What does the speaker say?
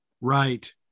Right